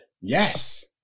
Yes